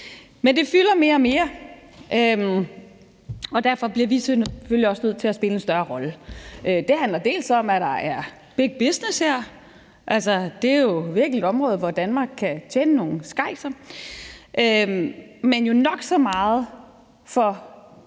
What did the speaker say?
Men det fylder mere og mere, og derfor bliver vi selvfølgelig også nødt til at spille en større rolle. Det handler dels om, at det her er big business her. Det er jo virkelig et område, hvor Danmark kan tjene nogle skejser, men det handler jo nok så meget om